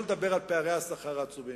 שלא לדבר על פערי השכר העצומים.